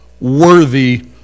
worthy